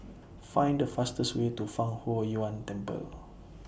Find The fastest Way to Fang Huo Yuan Temple